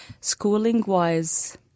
schooling-wise